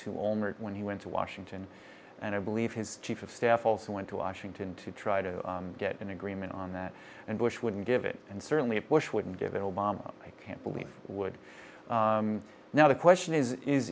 to owner when he went to washington and i believe his chief of staff also went to washington to try to get an agreement on that and bush wouldn't give it and certainly bush wouldn't give it obama i can't believe would now the question is is